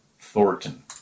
Thornton